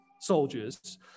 soldiers